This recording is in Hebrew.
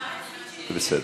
לא.